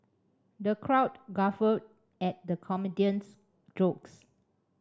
the crowd guffawed at the comedian's jokes